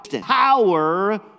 Power